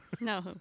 No